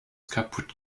kaputt